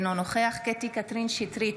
אינו נוכח קטי קטרין שטרית,